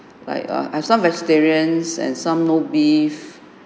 like I I've some vegetarians and some no beef